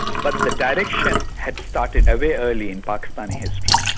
but the direction had started a way earlier in pakistani history.